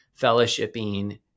fellowshipping